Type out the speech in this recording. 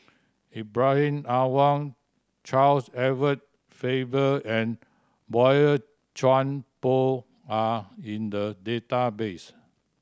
Ibrahim Awang Charles Edward Faber and Boey Chuan Poh are in the database